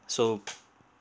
so